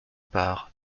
part